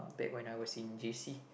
that when I was in g_c